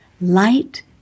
Light